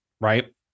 Right